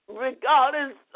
Regardless